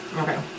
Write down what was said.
Okay